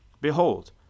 Behold